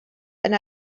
and